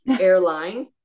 airline